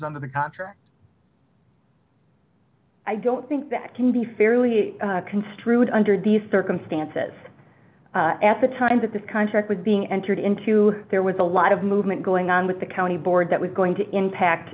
contract i don't think that can be fairly construed under these circumstances at the time that this contract was being entered into there was a lot of movement going on with the county board that was going to impact